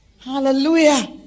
Hallelujah